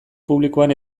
publikoan